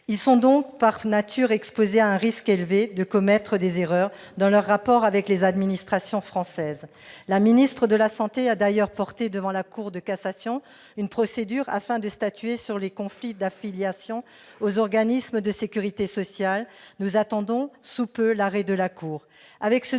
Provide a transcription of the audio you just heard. sont donc, par nature, exposés à un risque élevé de commettre des erreurs dans leurs rapports avec les administrations françaises. La ministre des solidarités et de la santé a d'ailleurs porté devant la Cour de cassation une procédure pour statuer sur les conflits d'affiliation aux organismes de sécurité sociale ; nous attendons sous peu l'arrêt de la Cour.